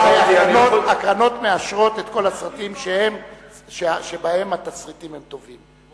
הקרנות מאשרות את כל הסרטים שהתסריטים שלהם טובים,